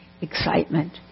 excitement